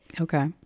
Okay